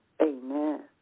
Amen